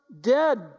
dead